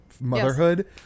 motherhood